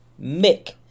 Mick